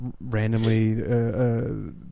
randomly